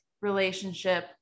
relationship